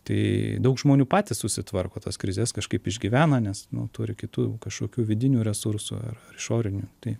tai daug žmonių patys susitvarko tas krizes kažkaip išgyvena nes nu turi kitų kažkokių vidinių resursų ar ar išorinių tai